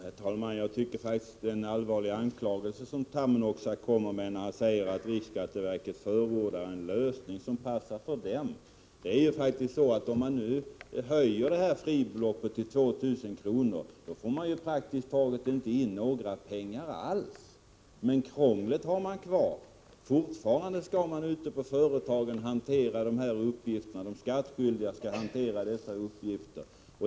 Herr talman! Jag tycker faktiskt att Erkki Tammenoksa kom med en allvarlig anklagelse när han sade att riksskatteverket förordar en lösning som passar för verket. Höjs fribeloppet till 2 000 kr., får man praktiskt taget inte in några pengar alls, men krånglet har man kvar. Fortfarande skall de skattskyldiga hantera dessa uppgifter.